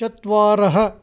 चत्वारः